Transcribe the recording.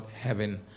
heaven